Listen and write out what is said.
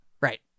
Right